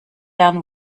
down